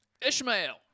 Ishmael